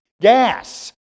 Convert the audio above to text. gas